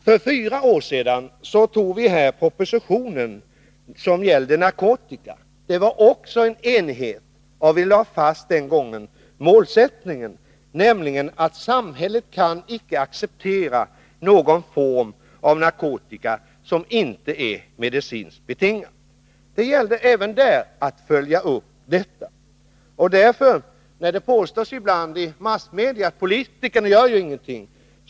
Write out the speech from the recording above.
För fyra år sedan antog vi en proposition som gällde narkotika. I enighet lade vi den gången fast målsättningen, nämligen att samhället icke kan acceptera någon form av narkotikabruk som inte är medicinskt betingad. Det gällde även där att följa upp detta. Det påstås ibland i massmedia att politikerna inte gör någonting.